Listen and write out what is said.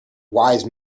wise